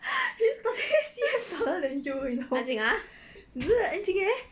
安静 ah